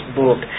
book